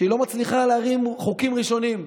שהיא לא מצליחה להרים חוקים ראשונים.